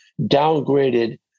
downgraded